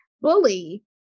bully